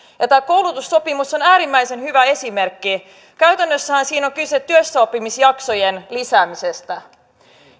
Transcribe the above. tämä koulutussopimus on äärimmäisen hyvä esimerkki käytännössähän siinä on kyse työssäoppimisjaksojen lisäämisestä